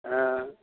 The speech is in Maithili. हँ